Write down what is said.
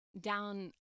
down